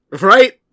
Right